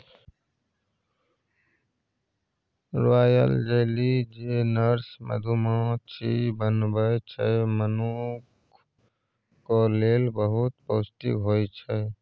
royal jelly जे nurse मधुमाछी बनबै छै मनुखक लेल बहुत पौष्टिक होइ छै